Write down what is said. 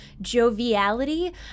joviality